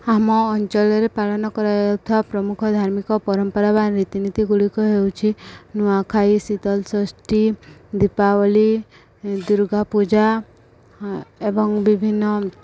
ଆମ ଅଞ୍ଚଳରେ ପାଳନ କରାଯାଉଥିବା ପ୍ରମୁଖ ଧାର୍ମିକ ପରମ୍ପରା ବା ରୀତିନୀତି ଗୁଡ଼ିକ ହେଉଛି ନୂଆଖାଇ ଶୀତଳଷଷ୍ଠୀ ଦୀପାବଳି ଦୁର୍ଗା ପୂଜା ଏବଂ ବିଭିନ୍ନ